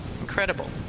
Incredible